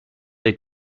they